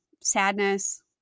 sadness